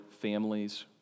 families